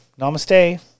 Namaste